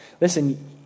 Listen